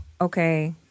okay